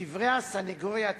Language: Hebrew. לדברי הסניגוריה הציבורית,